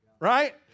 right